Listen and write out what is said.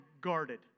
guarded